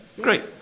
great